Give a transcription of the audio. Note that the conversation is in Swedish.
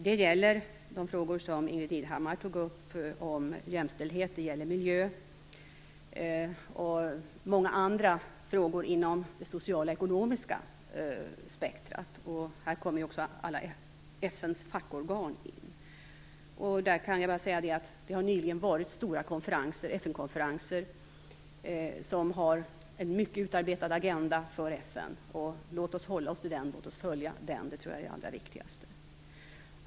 Det gäller de frågor som Ingbritt Irhammar tog upp om jämställdhet och miljö och många andra frågor inom det sociala och ekonomiska spektrumet. Här kommer också alla FN:s fackorgan in. Jag kan bara säga att det nyligen har hållits stora FN-konferenser med en mycket genomarbetad agenda för FN. Låt oss hålla oss till den - det tror jag är det allra viktigaste.